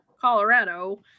Colorado